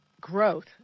Growth